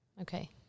Okay